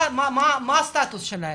מה הסטטוס שלהם?